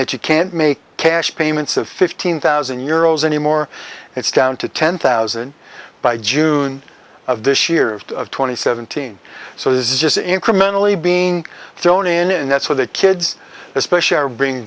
that you can't make cash payments of fifteen thousand euro's anymore it's down to ten thousand by june of this year of twenty seventeen so this is just incrementally being thrown in and that's where the kids especially are being